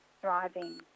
thriving